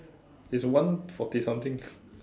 it's one forty something